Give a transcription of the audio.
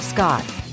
Scott